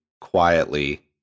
quietly